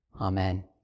Amen